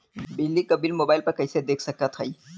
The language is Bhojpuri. बिजली क बिल मोबाइल पर कईसे देख सकत हई?